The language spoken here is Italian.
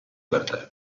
per